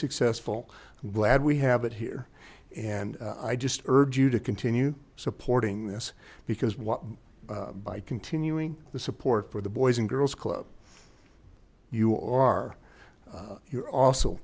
successful and glad we have it here and i just urge you to continue supporting this because what by continuing the support for the boys and girls club you are here also